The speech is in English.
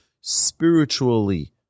spiritually